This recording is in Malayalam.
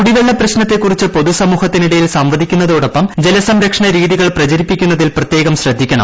കുടിവെള്ള പ്രശ്നത്തെക്കുറിച്ച് പൊതുസമൂഹത്തി നിടയിൽ സംവദിക്കുന്ന തോടൊപ്പം ജലസംരക്ഷണ രീതികൾ പ്രചരിപ്പിക്കുന്നതിൽ പ്രത്യേകം ശ്രദ്ധിക്കണം